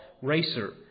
racer